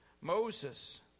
Moses